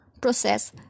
process